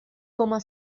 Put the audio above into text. coma